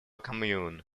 commune